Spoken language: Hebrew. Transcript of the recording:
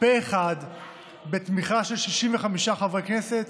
פה אחד בתמיכה של 65 חברי הכנסת,